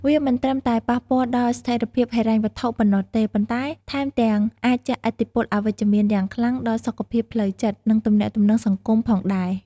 វាមិនត្រឹមតែប៉ះពាល់ដល់ស្ថិរភាពហិរញ្ញវត្ថុប៉ុណ្ណោះទេ ប៉ុន្តែថែមទាំងអាចជះឥទ្ធិពលអវិជ្ជមានយ៉ាងខ្លាំងដល់សុខភាពផ្លូវចិត្ត និងទំនាក់ទំនងសង្គមផងដែរ។